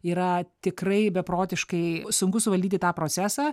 yra tikrai beprotiškai sunku suvaldyti tą procesą